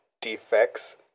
defects